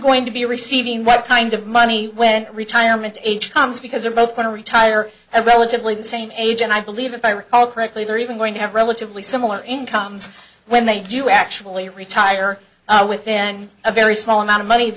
going to be receiving what kind of money when retirement age comes because they're both going to retire at relatively the same age and i believe if i recall correctly they're even going to have relatively similar incomes when they do actually retire within a very small amount of money t